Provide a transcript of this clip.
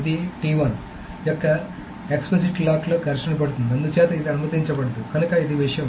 అది యొక్క ఎక్సప్లిసిట్ లాక్తో అందుచేత అది అనుమతించబడదు కనుక ఇది విషయం